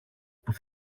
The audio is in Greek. που